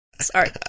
Sorry